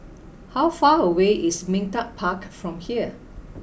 how far away is Ming Teck Park from here